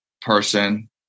person